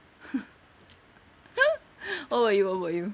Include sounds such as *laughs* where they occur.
*laughs* what about you what about you